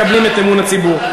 מקבלים את אמון הציבור.